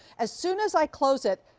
as soon as i close it,